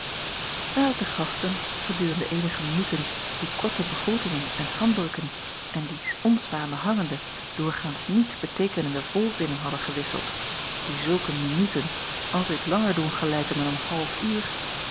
adat de gasten gedurende eenige minuten die korte begroetingen en handdrukken en die onzamenhangende doorgaans niets beteekenende volzinnen hadden gewisseld die zulke minuten altijd langer doen gelijken dan een half uur